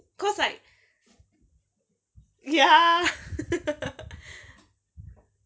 cause like ya